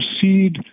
proceed